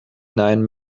nine